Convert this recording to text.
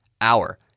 hour